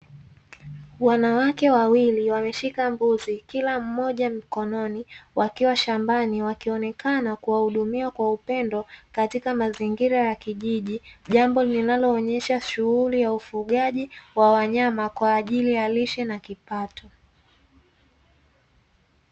Wanawake wawili wameshika mbuzi, kila mmoja mkononi wakiwa shambani, wakionekana kuwahudumia kwa upendo katika mazingira ya kijiji. Jambo linaloonesha shughuli ya ufugaji wa wanyama kwaajili ya lishe na kipato.